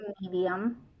medium